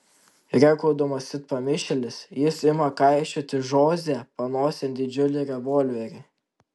rėkaudamas it pamišėlis jis ima kaišioti žoze panosėn didžiulį revolverį